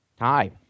hi